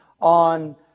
on